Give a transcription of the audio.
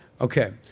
Okay